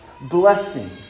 blessing